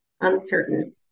Uncertain